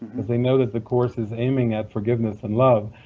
because they know that the course is aiming at forgiveness and love,